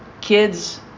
kids